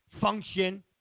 function